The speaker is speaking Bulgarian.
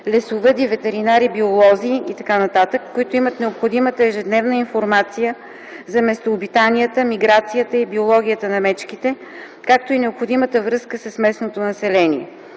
/лесовъди, ветеринари, биолози/ и т.н., които имат необходимата ежедневна информация – за местообитанията, миграцията и биологията на мечките, както и необходимата връзка с местното население.